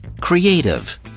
creative